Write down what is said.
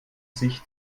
sich